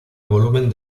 volumen